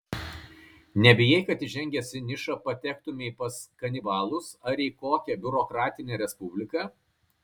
nebijai kad įžengęs į nišą patektumei pas kanibalus ar į kokią biurokratinę respubliką